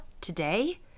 today